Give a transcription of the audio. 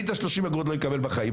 אני את ה-30 אגורות לא אקבל בחיים,